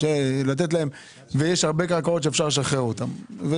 יש הרבה קרקעות שאפשר לשחרר אותן.